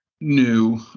new